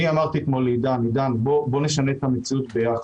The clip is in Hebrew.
אני אמרתי אתמול לעידן, בוא נשנה את המציאות ביחד.